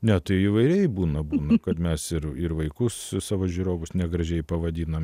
ne tai įvairiai būna būna kad mes ir ir vaikus su savo žiūrovus negražiai pavadinom nes